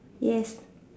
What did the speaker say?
yes